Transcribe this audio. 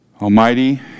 Almighty